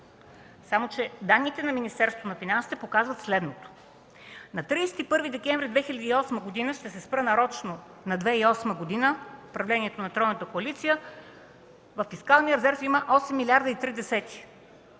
Само че данните на Министерството на финансите показват следното: на 31 декември 2008 г. – ще се спра нарочно на 2008 г., управлението на тройната коалиция – във фискалния резерв има 8,3 милиарда; юни